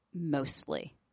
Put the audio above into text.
mostly